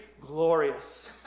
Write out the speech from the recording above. glorious